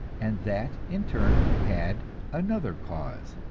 and that in turn had another cause